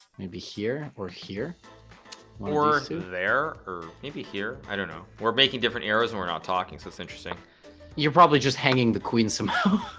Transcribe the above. maybe here or here or there or maybe here i don't know we're making different arrows and we're not talking so it's interesting you're probably just hanging the queen somehow